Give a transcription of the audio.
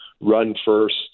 run-first